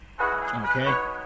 Okay